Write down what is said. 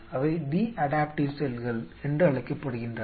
அவை T adaptive செல்கள் என்று அழைக்கப்படுகின்றன